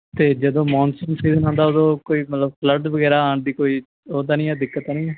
ਅਤੇ ਜਦੋਂ monsoon season ਆਉਂਦਾ ਓਦੋਂ ਕੋਈ ਮਤਲਬ ਫਲੱਡ ਵਗੈਰਾ ਆਉਣ ਦੀ ਕੋਈ ਉਹ ਤਾਂ ਨਹੀਂ ਆ ਦਿੱਕਤ ਤਾਂ ਨਹੀਂ ਆ